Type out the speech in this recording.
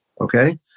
Okay